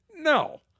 No